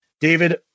David